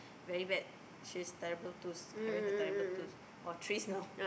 very bad she's terrible twos having her terrible twos or threes you know